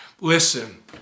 Listen